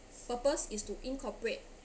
purpose is to incorporate